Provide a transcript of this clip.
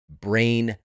brain